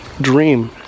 dream